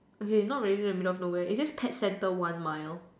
okay not really the middle of nowhere it's just pet center one mile